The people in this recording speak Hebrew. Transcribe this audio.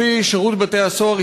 לפי שירות בתי-הסוהר,